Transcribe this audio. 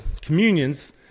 communions